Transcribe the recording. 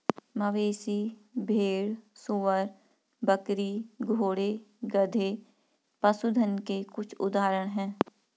मवेशी, भेड़, सूअर, बकरी, घोड़े, गधे, पशुधन के कुछ उदाहरण हैं